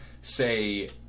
say